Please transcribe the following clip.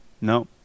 No